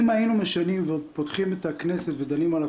אם היינו משנים ופותחים את הכנסת ודנים על הקורונה,